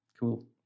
Cool